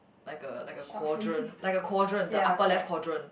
like a like a quadrant like a quadrant the upper left quadrant